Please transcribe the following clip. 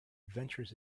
adventures